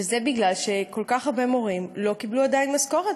זה מפני שכל כך הרבה מורים לא קיבלו עדיין משכורת.